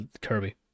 Kirby